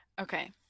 Okay